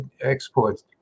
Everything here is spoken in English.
exports